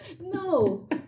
No